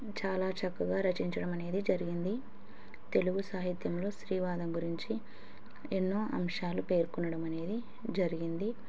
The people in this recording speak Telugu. చాలా చక్కగా రచించడం అనేది జరిగింది తెలుగు సాహిత్యంలో శ్రీవాదం గురించి ఎన్నో అంశాలు పేర్కొనడం అనేది జరిగింది